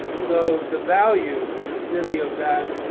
so, the value to the city of that,